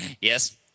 Yes